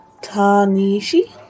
tanishi